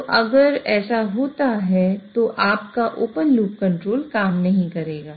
तो अगर ऐसा है तो आपका ओपन लूप कंट्रोल काम नहीं करेगा